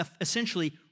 essentially